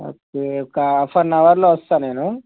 okay ఒక half and అవర్లో వస్తాను నేను